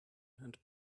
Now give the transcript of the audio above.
and